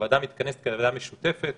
הוועדה מתכנסת כוועדה משותפת